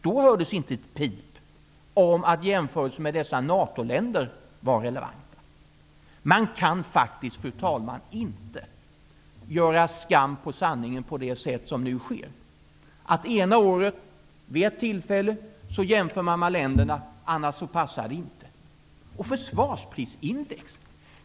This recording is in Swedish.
Då hördes inte ett pip om att jämförelser med NATO länder var relevanta. Man kan faktiskt, fru talman, inte göra skam på sanningen på det sätt som nu sker. Ena året jämför man med NATO-länder, vid ett annat tillfälle passar det inte. Och försvarsprisindex!